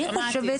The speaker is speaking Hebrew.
אני חושבת,